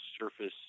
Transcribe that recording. surface